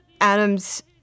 Adams